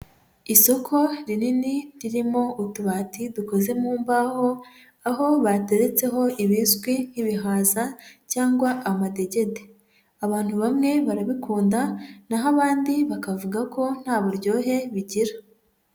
Isoko rinini ririmo utubati dukoze mu mbaho, aho bateretseho ibizwi nk'ibihaza cyangwa amadegede, abantu bamwe barabikunda naho abandi bakavuga ko nta buryohe bigira.